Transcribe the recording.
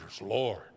Lord